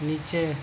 نیچے